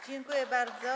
Dziękuję bardzo.